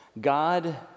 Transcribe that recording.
God